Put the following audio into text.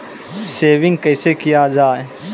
Saving कैसै किया जाय?